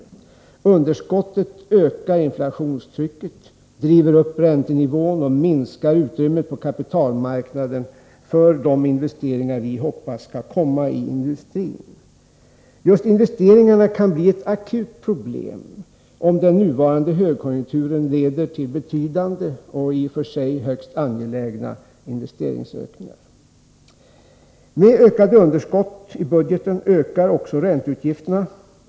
Underskottet ökar inflationstrycket, driver upp räntenivån och minskar utrymmet på kapitalmarknaden för de investeringar vi hoppas på inom industrin. Just investeringarna kan bli ett akut problem, om den nuvarande högkonjunkturen leder till betydande och i och för sig högst angelägna investeringsökningar. Med ökade underskott i budgeten ökar också ränteutgifterna.